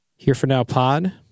HereForNowPod